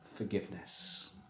forgiveness